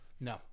No